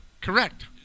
correct